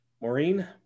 Maureen